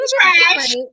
trash